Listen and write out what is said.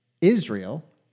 Israel